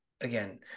again